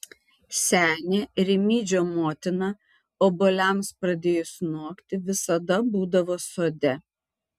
senė rimydžio motina obuoliams pradėjus nokti visada būdavo sode